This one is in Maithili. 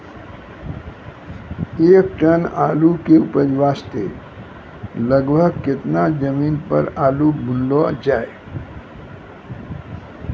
एक टन आलू के उपज वास्ते लगभग केतना जमीन पर आलू बुनलो जाय?